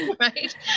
Right